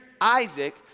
Isaac